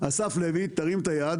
אסף לוי תרים את היד